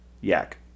Yak